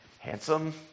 handsome